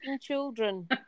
children